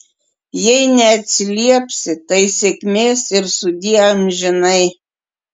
jei neatsiliepsi tai sėkmės ir sudie amžinai